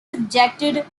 subjected